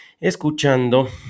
escuchando